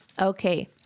Okay